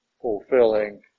fulfilling